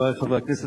חברי חברי הכנסת,